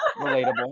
relatable